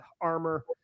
armor